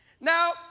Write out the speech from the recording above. Now